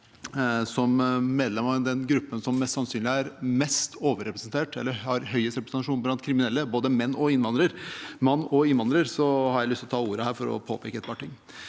Som medlem av den gruppen som mest sannsynlig er mest overrepresentert eller har høyest representasjon blant kriminelle – både mann og innvandrer – har jeg lyst å ta ordet her for å påpeke et par ting.